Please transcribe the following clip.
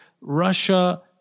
Russia